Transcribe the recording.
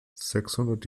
sechshundert